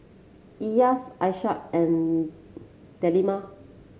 Elyas Aishah and Delima